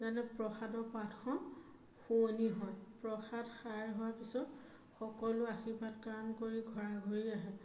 যাতে প্ৰসাদৰ পাতখন শুৱনি হয় প্ৰসাদ খাই হোৱাৰ পিছত সকলো আশীৰ্বাদ কাৰণ কৰি ঘৰাঘৰি আহে